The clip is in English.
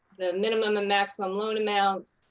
the minimum and maximum loan amounts,